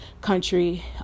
country